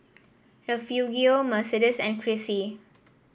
Refugio Mercedes and Crissy